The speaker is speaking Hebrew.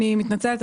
אני מתנצלת,